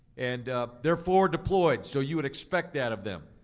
and they're forward deployed, so you would expect that of them.